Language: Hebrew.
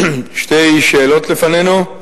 שתי שאלות לפנינו: